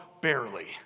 barely